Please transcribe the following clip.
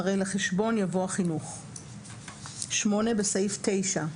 אחרי "לחשבון" יבוא "החינוך"; (8)בסעיף 9,